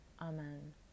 Amen